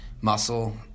muscle